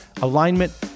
alignment